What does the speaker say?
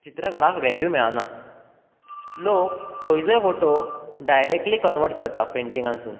चित्रकाराक वेल्यु मेळना लोक खंयचोय फोटो डायरेक्टली क्नवर्ट करता पेंटिगांसून